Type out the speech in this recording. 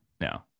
No